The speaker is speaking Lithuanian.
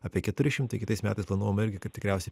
apie keturi šimtai kitais metais planuojame irgi kad tikriausiai